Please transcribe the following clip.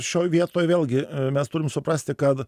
šioj vietoj vėlgi mes turim suprasti kad